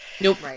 Nope